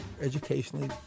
educationally